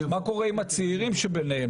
מה קורה עם הצעירים שבהם,